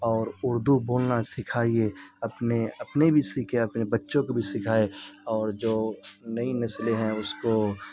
اور اردو بولنا سکھائیے اپنے اپنے بھی سیکھیں اپنے بچوں کو بھی سکھائیں اور جو نئی نسلیں ہیں اس کو